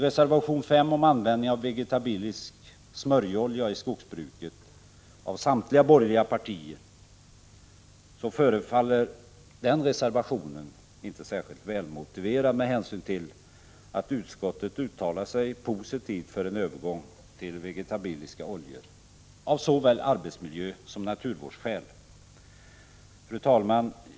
Reservation 5 om användning av vegetabilisk smörjolja i skogsbruket, som kommer från samtliga borgerliga partier, förefaller inte särskilt välmotiverad med hänsyn till att utskottet uttalat sig positivt för en övergång till vegetabiliska oljor av såväl arbetsmiljösom naturvårdsskäl. Fru talman!